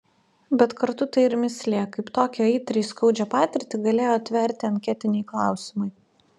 bet kartu tai ir mįslė kaip tokią aitriai skaudžią patirtį galėjo atverti anketiniai klausimai